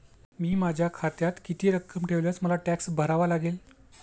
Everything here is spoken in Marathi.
मी माझ्या खात्यात किती रक्कम ठेवल्यावर मला टॅक्स भरावा लागेल?